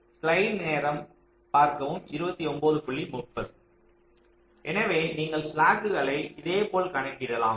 slide நேரத்தைப் பார்க்கவும் 2930 எனவே நீங்கள் ஸ்லாக்குகளை இதேபோல் கணக்கிடலாம்